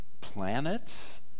planets